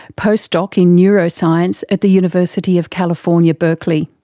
post doc in neuroscience at the university of california, berkeley.